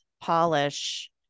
polish